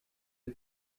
the